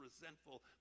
resentful